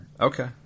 Okay